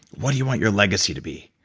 what do you want your legacy to be?